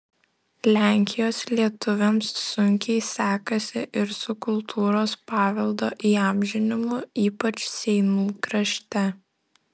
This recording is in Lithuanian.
lenkijos lietuviams sunkiai sekasi ir su kultūros paveldo įamžinimu ypač seinų krašte